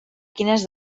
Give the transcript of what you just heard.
quines